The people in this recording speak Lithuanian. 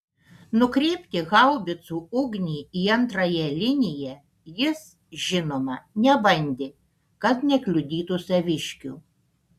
nukreipti haubicų ugnį į antrąją liniją jis žinoma nebandė kad nekliudytų saviškių